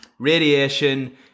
radiation